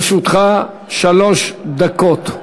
לרשותך שלוש דקות.